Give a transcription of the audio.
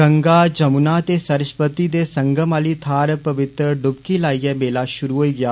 गंगा यमुना ते सरस्वती दे संगम आहली थाहर पवित्र ड्रपकी लाइयै मेला षुरु होई गेआ